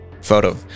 Photo